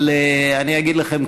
אני אגיד לכם,